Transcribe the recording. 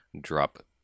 drop